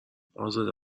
ازاده